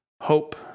hope